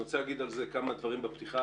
אני רוצה להגיד על זה כמה דברים בפתיחה,